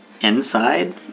inside